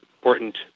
important